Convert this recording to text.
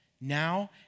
now